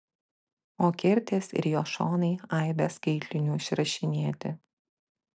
o kertės ir jo šonai aibe skaitlinių išrašinėti